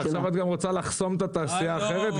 עכשיו את רוצה גם לחסום את התעשייה האחרת,